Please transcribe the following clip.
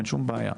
אין שום בעיה.